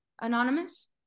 Anonymous